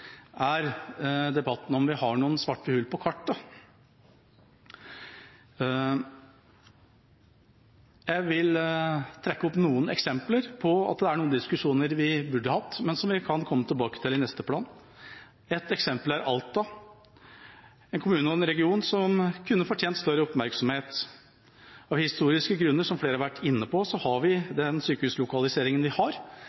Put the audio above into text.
er debatten om vi har noen svarte hull på kartet. Jeg vil trekke fram noen eksempler på at det er noen diskusjoner vi burde hatt, men som vi kan komme tilbake til i neste plan. Ett eksempel er Alta – en kommune og en region som kunne fortjent større oppmerksomhet. Av historiske grunner, som flere har vært inne på, har vi